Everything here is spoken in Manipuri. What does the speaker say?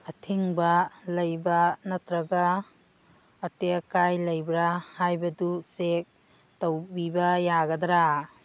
ꯑꯊꯤꯡꯕ ꯂꯩꯕ ꯅꯠꯇ꯭ꯔꯒ ꯑꯇꯦꯛ ꯑꯀꯥꯏ ꯂꯩꯕ꯭ꯔꯥ ꯍꯥꯏꯕꯗꯨ ꯆꯦꯛ ꯇꯧꯕꯤꯕ ꯌꯥꯒꯗ꯭ꯔ